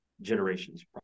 generations